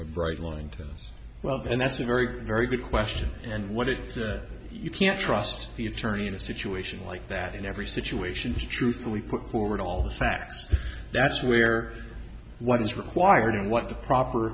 a bright line tennis well and that's a very very good question and what exactly you can't trust the attorney in a situation like that in every situation to truthfully put forward all the facts that's where what is required and what the proper